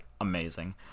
amazing